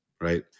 right